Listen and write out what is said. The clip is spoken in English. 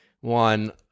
one